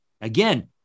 Again